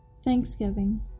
Thanksgiving